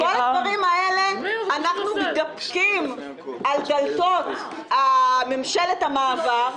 בכל הדברים האלה אנחנו מתדפקים על דלתות ממשלת המעבר,